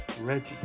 Reggie